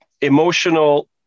emotional